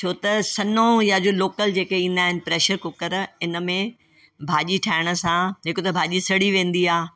छो त सन्हो या जो लोकल जेके ईंदा आहिनि प्रेशर कुकर इनमें भाॼी ठाहिण सां हिकु त भाॼी सड़ी वेंदी आहे